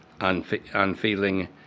Unfeeling